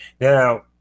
Now